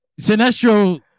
Sinestro